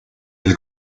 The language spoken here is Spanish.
del